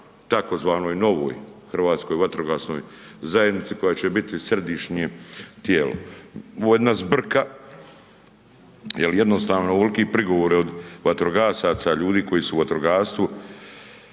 tzv. novoj Hrvatskoj vatrogasnoj zajednici koja će biti središnje tijelo. Ovo je jedna zbrka, jer jednostavno ovolki prigovori od vatrogasaca, ljudi koji su u vatrogastvu,